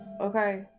Okay